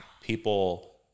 people